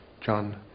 John